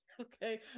Okay